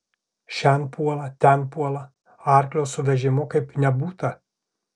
šen puola ten puola arklio su vežimu kaip nebūta